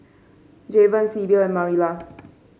Javen Sybil and Marilla